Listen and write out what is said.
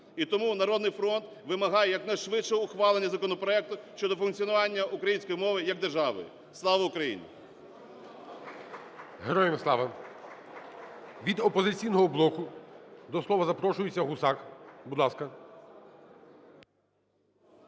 І тому "Народний фронт" вимагає якнайшвидше ухвалення законопроекту щодо функціонування української мови як державної. Слава Україні! ГОЛОВУЮЧИЙ. Героям слава! Від "Опозиційного блоку" до слова запрошується Гусак. Будь ласка.